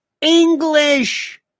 English